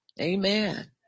Amen